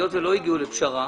היות ולא הגיעו לפשרה,